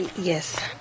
Yes